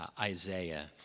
Isaiah